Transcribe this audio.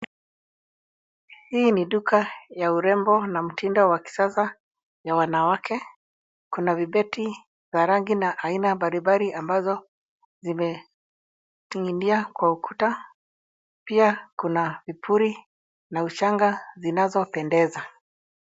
Hii ni duka ya urembo na mtindo wa kisasa ya wanawake. Kuna vibeti vya aina mbalimbali ambavyo vimening'inia kwa ukuta. Pia kuna vipuli na ushanga zinazopendeza.